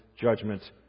judgment